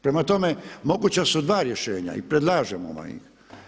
Prema tome, moguća su dva rješenja i predlažemo vam ih.